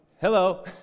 Hello